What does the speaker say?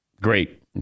great